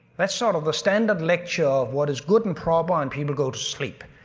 that's sort of the standard lecture of what is good and proper and people go to sleep.